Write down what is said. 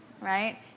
right